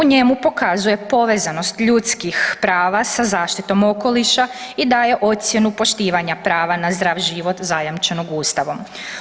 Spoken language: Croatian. U njemu pokazuje povezanost ljudskih prava sa zaštitom okoliša i daje ocjenu poštivanja prava na zdrav život zajamčenog Ustavom.